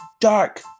dark